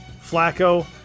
Flacco